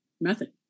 method